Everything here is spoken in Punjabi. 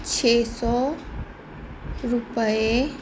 ਛੇ ਸੋ ਰੁਪਏ